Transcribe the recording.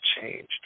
changed